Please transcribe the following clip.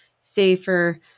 safer